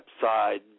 side